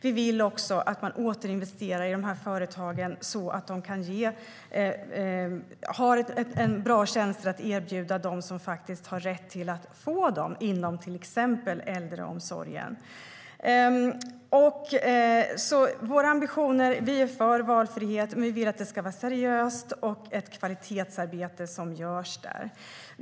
Vi vill också att man återinvesterar i de här företagen, så att de har bra tjänster att erbjuda dem som har rätt att få dem inom till exempel äldreomsorgen. Vi är för valfrihet men vill att det ska vara seriöst och att det ska vara ett kvalitetsarbete som görs.